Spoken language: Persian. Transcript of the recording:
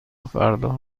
فردا